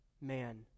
man